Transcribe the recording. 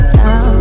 now